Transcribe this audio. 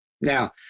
Now